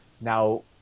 now